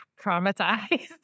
traumatized